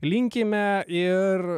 linkime ir